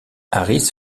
harris